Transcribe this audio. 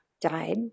died